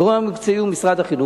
הגורם המקצועי הוא משרד החינוך,